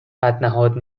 بدنهاد